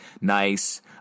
nice